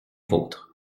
vôtres